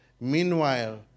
Meanwhile